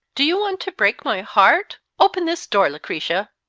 do you want to break my heart? open this door, lucretia.